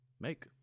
make